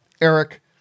Eric